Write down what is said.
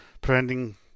preventing